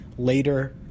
later